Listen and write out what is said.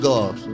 God